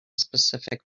specific